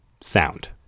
Sound